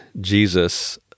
Jesus